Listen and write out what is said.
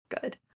good